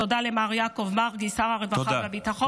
תודה למר יעקב מרגי, שר הרווחה והביטחון.